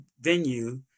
venue